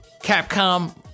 Capcom